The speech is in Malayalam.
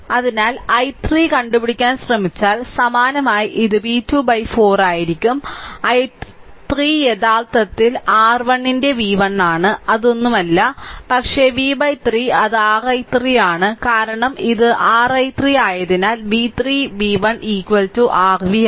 അതിനാൽ i3 കണ്ടുപിടിക്കാൻ ശ്രമിച്ചാൽ സമാനമായി ഇത് v2 ബൈ 4 ആയിരിക്കും i3 യഥാർത്ഥത്തിൽ ഇത് r1 ന്റെ v1 ആണ് അത് ഒന്നുമല്ല പക്ഷേ v 3 അത് r i3 ആണ് കാരണം ഇത് r i3 ആയതിനാൽ v3 v1 r v